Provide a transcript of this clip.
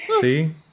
See